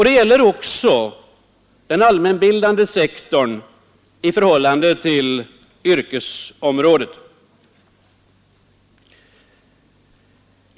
Det gäller också den allmänbildande sektorn i förhållande till yrkesområdet.